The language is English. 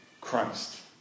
Christ